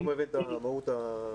אני לא מבין את מהות הדיון.